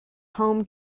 home